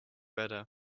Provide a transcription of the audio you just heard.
better